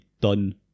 done